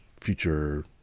future